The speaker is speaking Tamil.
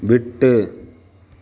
விட்டு